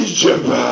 Egypt